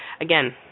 Again